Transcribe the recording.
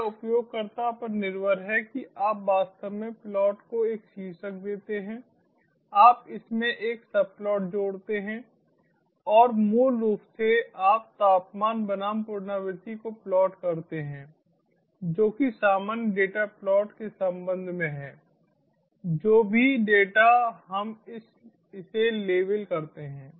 यह उपयोगकर्ता पर निर्भर है कि आप वास्तव में प्लॉट को एक शीर्षक देते हैं आप इसमें एक सबप्लॉट जोड़ते हैं और मूल रूप से आप तापमान बनाम पुनरावृत्ति को प्लॉट करते हैं जो कि सामान्य डेटा प्लॉट के संबंध में है जो भी डेटा हम इसे लेबल करते हैं